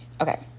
okay